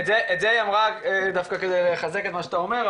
את זה היא אמרה דווקא כדי לחזק את מה שאתה אומר,